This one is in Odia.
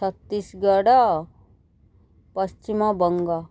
ଛତିଶଗଡ଼ ପଶ୍ଚିମବଙ୍ଗ